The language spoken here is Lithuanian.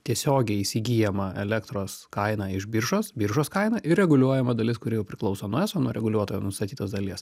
tiesiogiai įsigyjama elektros kaina iš biržos biržos kaina ir reguliuojama dalis kuri jau priklauso nuo eso nuo reguliuotojo nustatytos dalies